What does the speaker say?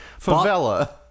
Favela